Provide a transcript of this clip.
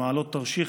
במעלות-תרשיחא,